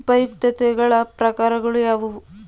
ಉಪಯುಕ್ತತೆಗಳ ಪ್ರಕಾರಗಳು ಯಾವುವು?